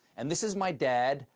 and this is my dad,